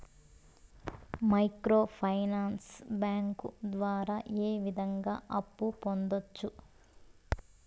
micro finance bank ద్వారా ఏ విధంగా అప్పు పొందొచ్చు